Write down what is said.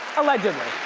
allegedly.